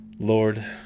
Lord